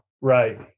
Right